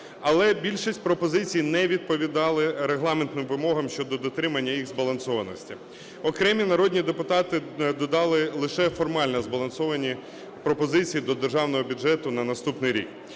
Але більшість пропозицій не відповідали регламентним вимогам щодо дотримання їх збалансованості. Окремі народні депутати додали лише формально збалансовані пропозиції до державного бюджету на наступний рік.